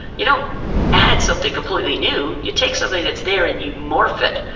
you don't add something completely new. you take something that's there and you morph it,